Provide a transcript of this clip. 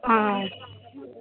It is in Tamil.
ஆ